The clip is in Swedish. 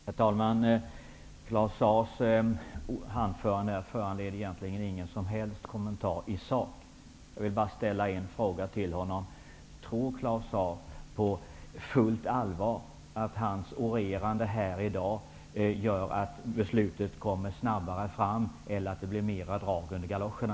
Herr talman! Claus Zaars anförande föranledde egentligen ingen som helst kommentar i sak. Jag vill bara ställa en fråga till honom: Tror Claus Zaar på fullt allvar att hans orerande här i dag gör att beslutet kommer snabbare fram eller att det blir mer drag under galoscherna?